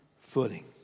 footing